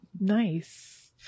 Nice